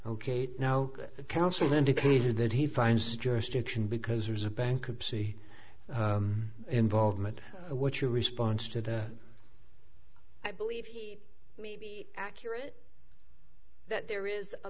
ok now the counsel indicated that he finds jurisdiction because there's a bankruptcy involvement what your response to that i believe may be accurate that there is a